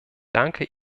danke